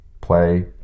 play